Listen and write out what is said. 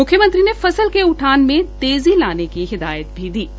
म्ख्यमंत्री ने फसल के उठान में तेज़ी लाने की हिदायत की है